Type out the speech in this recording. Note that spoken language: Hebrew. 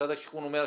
משרד השיכון אומר,